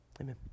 Amen